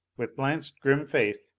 with blanched grim face,